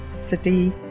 city